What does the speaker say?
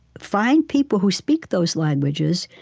find people who speak those languages,